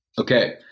Okay